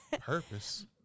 Purpose